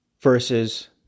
Versus